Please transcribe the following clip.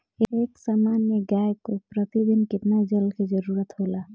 एक सामान्य गाय को प्रतिदिन कितना जल के जरुरत होला?